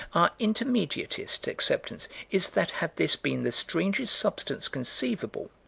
our intermediatist acceptance is that had this been the strangest substance conceivable,